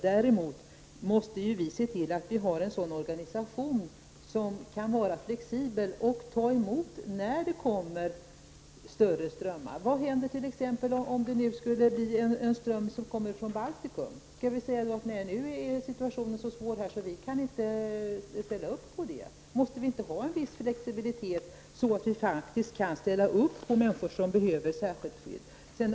Däremot måste vi se till att vi har en organisation som kan vara flexibel så att vi kan ta emot flyktingar när det kommer stora strömmar. Vad händer t.ex. om det nu skulle bli en ström i från Baltikum? Skall vi då säga att situationen är så svår här att vi inte kan ställa upp för dem? Måste vi inte ha en viss flexibilitet, så att vi faktiskt kan ställa upp för människor som behöver särskilt skydd?